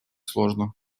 сложно